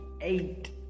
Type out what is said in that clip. eight